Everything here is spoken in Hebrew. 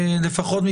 לפחות,